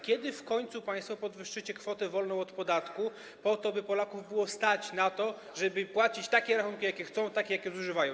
Kiedy w końcu państwo podwyższycie kwotę wolną od podatku, by Polaków było stać na to, żeby płacić takie rachunki, jakie chcą, za tyle, ile zużywają?